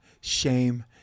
shame